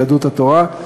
יהדות התורה,